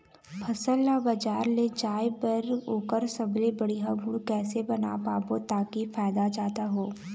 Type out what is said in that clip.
फसल ला बजार ले जाए बार ओकर सबले बढ़िया गुण कैसे बना पाबो ताकि फायदा जादा हो?